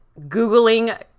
Googling